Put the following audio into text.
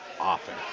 often